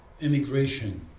immigration